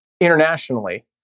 internationally